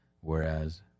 whereas